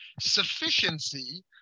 sufficiency